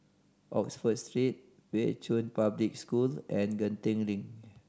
Oxford Street Pei Chun Public School and Genting Link